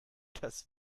das